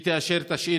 שתאשר את השאילתה,